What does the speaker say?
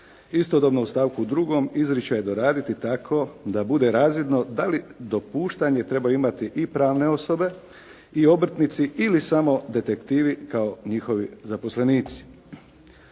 Istodobno u stavku 2. izričaj doraditi tako da bude razvidno da li dopuštanje treba imati i pravne osobe i obrtnici ili samo detektivi kao njihovi zaposlenici.